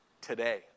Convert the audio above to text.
today